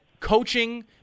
Coaching